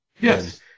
Yes